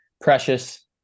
Precious